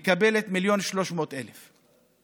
היא מקבלת 1.3 מיליון שקל,